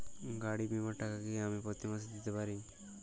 গাড়ী বীমার টাকা কি আমি প্রতি মাসে দিতে পারি?